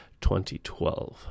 2012